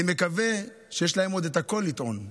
אני מקווה שיש להם קול לטעון,